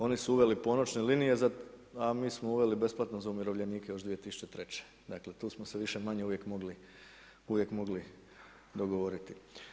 Oni su uveli ponoćne linije, a mi smo uveli besplatno za umirovljenike još 2003. dakle tu smo se više-manje uvijek mogli dogovoriti.